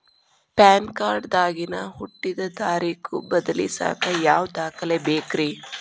PAN card ದಾಗಿನ ಹುಟ್ಟಿದ ತಾರೇಖು ಬದಲಿಸಾಕ್ ಯಾವ ದಾಖಲೆ ಬೇಕ್ರಿ?